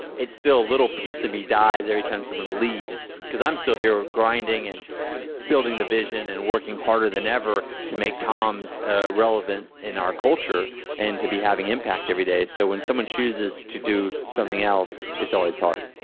it's still a little piece of me dies every time someone leaves because i'm still here grinding, and building the vision, and working harder than ever to make toms ah relevant in our culture and to be having impact every day. so when someone chooses to do something else, it's always hard.